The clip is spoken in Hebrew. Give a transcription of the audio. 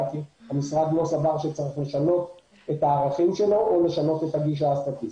המשרד לא סבר שצריך לשנות את הערכים שלו או לשנות את הגישה הסטטיסטית.